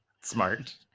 smart